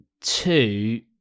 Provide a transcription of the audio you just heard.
Two